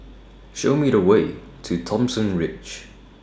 Show Me The Way to Thomson Ridge